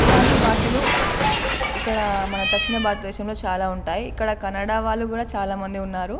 ఇలాంటి భాషలు ఇక్కడ మన దక్షిణ భారతదేశంలో చాలా ఉంటాయి ఇక్కడ కన్నడ వాళ్ళు కూడా చాలామంది ఉన్నారు